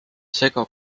sega